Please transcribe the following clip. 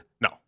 No